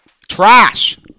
Trash